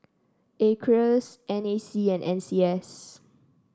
Acres N A C and N C S